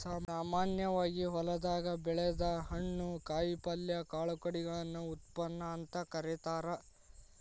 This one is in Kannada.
ಸಾಮಾನ್ಯವಾಗಿ ಹೊಲದಾಗ ಬೆಳದ ಹಣ್ಣು, ಕಾಯಪಲ್ಯ, ಕಾಳು ಕಡಿಗಳನ್ನ ಉತ್ಪನ್ನ ಅಂತ ಕರೇತಾರ